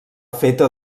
feta